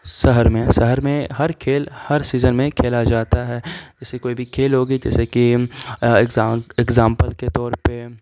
سشہر ہر میں شہر میں ہر کھیل ہر سیزن میں کھیلا جاتا ہے جیسے کوئی بھی کھیل ہوگی جیسے کہ ایگزامپل کے طور پہ